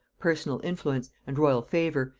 personal influence, and royal favor,